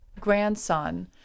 grandson